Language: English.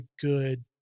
good